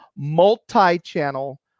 multi-channel